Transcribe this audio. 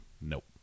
nope